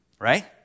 Right